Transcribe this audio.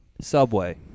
Subway